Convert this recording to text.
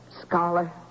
scholar